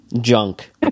junk